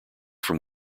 from